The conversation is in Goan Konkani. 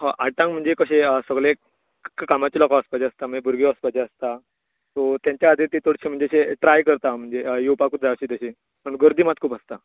हय आठांक म्हणजे कशें सगळे कामाचे लोकांक वचपाचें आसता मागीर भुरगे वचपाचे आसता सो तेंच्या खातीर ती चडशी म्हणजे अशें ट्राय करता म्हणजे येवपाकूच जाय अशी पूण गर्दी मात खूब आसता